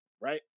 right